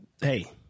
Hey